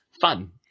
fun